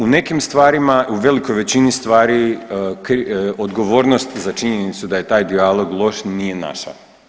U nekim stvarima, u velikoj većini stvari odgovornost za činjenicu da je taj dijalog loš nije naša.